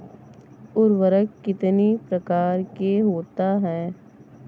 उर्वरक कितनी प्रकार के होता हैं?